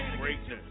Greatness